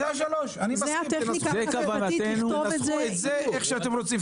זו הטכניקה --- תנסחו את זה איך שאתם רוצים,